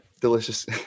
delicious